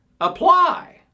apply